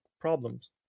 problems